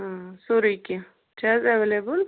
سورٕے کیٚنٛہہ چھا حظ ایولیبل